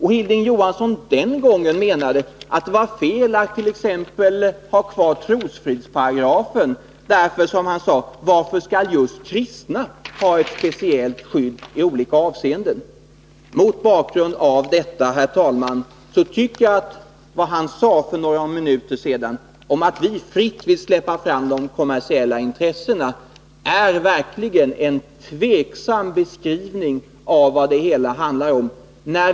Hilding Johansson menade den gången att det var fel att ha kvar trosfrihetsparagrafen, därför att han ifrågasatte att just kristna skall ha ett speciellt skydd i olika avseenden. Mot bakgrund av detta, herr talman, tycker jag att det Hilding Johansson sade för några minuter sedan om att vi utan vidare vill släppa fram de kommersiella intressena verkligen är en felaktig beskrivning av vad det hela handlar om.